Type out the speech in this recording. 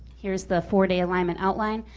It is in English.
here's the four-day alignment outline.